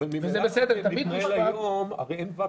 אבל אין ואקום.